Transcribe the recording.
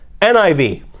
NIV